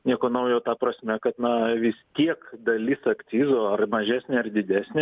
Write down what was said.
nieko naujo ta prasme kad na vis tiek dalis akcizo ar mažesnė ar didesnė